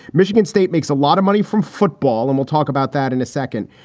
michigan state makes a lot of money from football and we'll talk about that in a second.